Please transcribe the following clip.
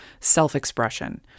self-expression